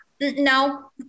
No